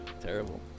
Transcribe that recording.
terrible